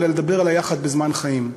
אלא לדבר על היחד בזמן חיים.